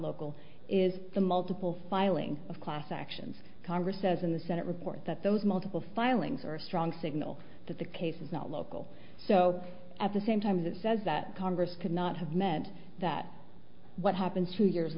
local is the multiple filing of class actions congress says in the senate report that those multiple filings are a strong signal that the case is not local so at the same time it says that congress could not have met that what happened two years